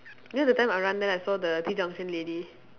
you know the time I run there then I saw the T junction lady